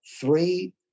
three